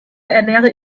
ernähre